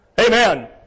Amen